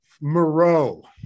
Moreau